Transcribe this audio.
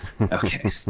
Okay